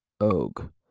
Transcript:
Og